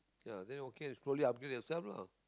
ya then okay slowly upgrade yourself lah